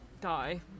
die